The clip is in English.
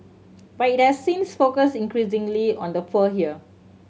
but it has since focused increasingly on the poor here